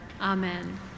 Amen